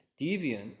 Deviant